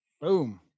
Boom